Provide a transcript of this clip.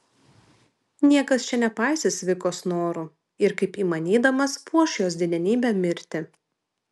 niekas čia nepaisys vikos norų ir kaip įmanydamas puoš jos didenybę mirtį